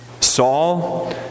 Saul